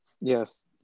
Yes